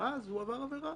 ואז הוא עבר עבירה.